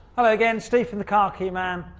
hello again. steve from the car key man.